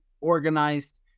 organized